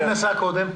במה היא נשאה קודם?